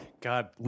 God